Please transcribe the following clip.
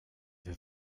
wir